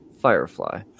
Firefly